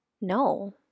No